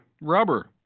rubber